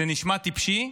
זה נשמע טיפשי,